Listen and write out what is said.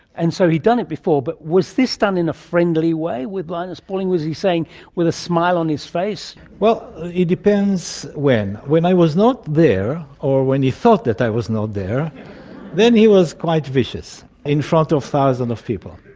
and so he'd done it before. but was this done in a friendly way, with linus pauling, was he saying it with a smile on his face? well, it depends when. when i was not there or when he thought that i was not there then he was quite vicious in front of thousands of people.